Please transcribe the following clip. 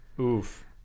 Oof